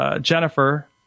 Jennifer